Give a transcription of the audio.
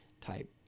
type